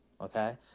okay